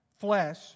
flesh